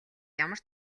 ямар